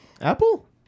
Apple